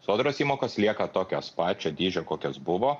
sodros įmokos lieka tokios pačios dydžio kokios buvo